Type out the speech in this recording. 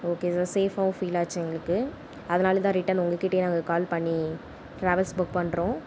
ஓகேங்க சார் சேஃபாகவும் ஃபீலாச்சு எங்களுக்கு அதனால் தான் ரிட்டன் உங்கள் கிட்டேயே நாங்கள் கால் பண்ணி டிராவல்ஸ் புக் பண்ணுறோம்